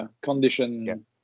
condition